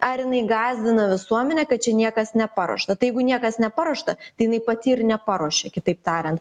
ar jinai gąsdina visuomenę kad čia niekas neparuošta tai jeigu niekas neparuošta tai jinai pati ir neparuošė kitaip tariant